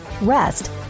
Rest